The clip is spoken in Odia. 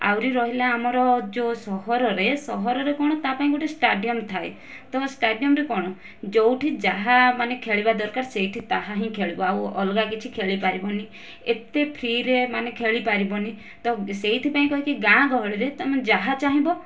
ଆହୁରି ରହିଲା ଆମର ଯେଉଁ ସହରରେ ସହରରେ କ'ଣ ତାପାଇଁ ଗୋଟିଏ ଷ୍ଟାଡିୟମ୍ ଥାଏ ତ ଷ୍ଟାଡିୟମ୍ କଣ ଯେଉଁଠି ଯାହା ମାନେ ଖେଳିବା ଦରକାର ସେଇଠି ତାହାହିଁ ଖେଳିବୁ ଆଉ ଅଲଗା କିଛି ଖେଳିପରିବୁନି ଏତେ ଫ୍ରିରେ ମାନେ ଖେଳିପରିବୁନି ତ ସେଇଥିପାଇଁ କହିକି ଗାଁ ଗହଳି ରେ ତୁମେ ଯାହା ଚାହିଁବ